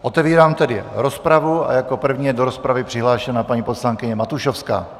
Otevírám tedy rozpravu a jako první je do rozpravy přihlášena paní poslankyně Matušovská.